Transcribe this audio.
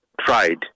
tried